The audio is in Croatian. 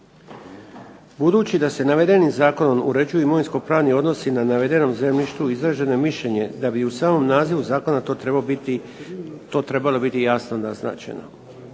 Budući da se navedenim zakonom uređuju imovinsko-pravni odnosi na navedenom zemljištu izraženo je mišljenje da bi i u samom nazivu zakona to trebalo biti jasno naznačeno.